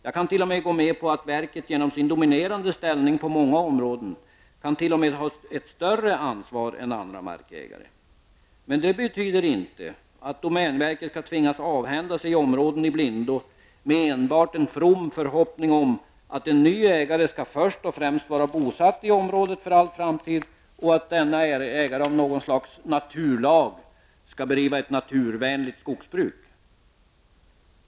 Jag kan t.o.m. gå med på att verket genom sin dominerande ställning på många områden kan ha ett större ansvar än andra markägare. Men det betyder inte att domänverket skall tvingas att avhända sig områden i blindo med enbart en from förhoppning om att en ny ägare först och främst skall vara bosatt i området för all framtid och att denne ägare dessutom av något slags naturlag skall bedriva ett naturvänligt skogsbruk.